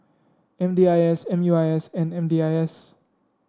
M D I S M U I S and M D I S